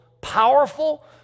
powerful